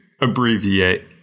abbreviate